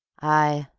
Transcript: aye,